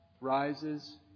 rises